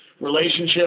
relationship